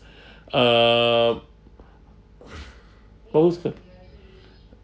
uh poster